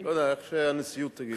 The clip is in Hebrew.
את זה הנשיאות תגיד.